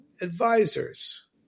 advisors